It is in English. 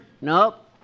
Nope